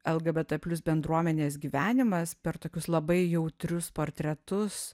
lgbt plius bendruomenės gyvenimas per tokius labai jautrius portretus